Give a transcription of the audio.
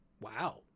Wow